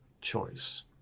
choice